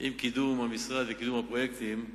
עם קידום המשרד וקידום הפרויקטים,